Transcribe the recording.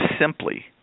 simply